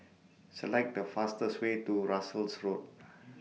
Select The fastest Way to Russels Road